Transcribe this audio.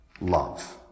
love